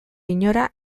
inora